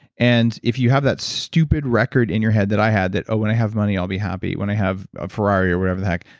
and if you have that stupid record in your head that i had, that, oh, when i have money, i'll be happy. when i have a ferrari or whatever the heck.